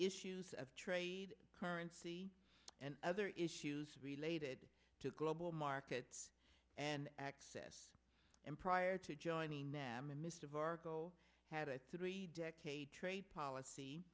issues of trade currency and other issues related to global markets and access and prior to joining them in midst of arco had a three decade trade policy